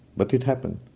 but it happened,